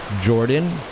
Jordan